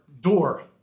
door